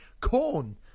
corn